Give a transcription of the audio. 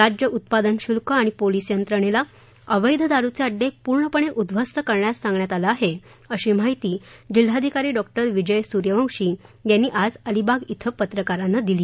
राज्य उत्पादन शुल्क आणि पोलीस यंत्रणेला अवैध दारूचे अड्डे पूर्णपणे उध्वस्त करण्यास सांगण्यात आलं आहे अशी माहिती जिल्हाधिकारी डॉ विजय सूर्यवंशी यांनी आज अलिबागेत पत्रकारांना दिली